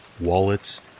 wallets